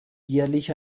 jährlich